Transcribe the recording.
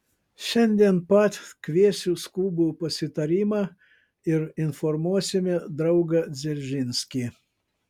šiandien pat kviesiu skubų pasitarimą ir informuosime draugą dzeržinskį